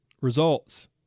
results